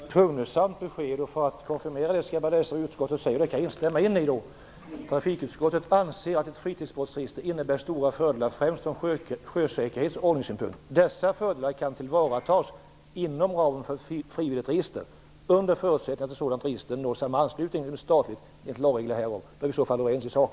Herr talman! Det var ett hugnesamt besked. För att konfirmera det skall jag läsa vad utskottet säger, vilket jag kan instämma i: "Trafikutskottet anser - att ett fritidsbåtsregister innebär stora fördelar främst från sjösäkerhets och ordningssynpunkt. Dessa fördelar kan tillvaratas inom ramen för ett frivilligt register - under förutsättning att ett sådant register når samma anslutning som ett statligt, enligt lagregler därom." Vi är i så fall överens i sak.